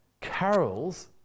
carols